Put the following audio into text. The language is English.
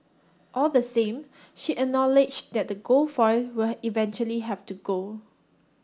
all the same she acknowledged that the gold foil will eventually have to go